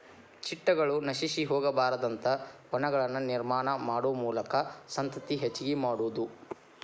ಚಿಟ್ಟಗಳು ನಶಿಸಿ ಹೊಗಬಾರದಂತ ವನಗಳನ್ನ ನಿರ್ಮಾಣಾ ಮಾಡು ಮೂಲಕಾ ಸಂತತಿ ಹೆಚಗಿ ಮಾಡುದು